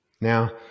Now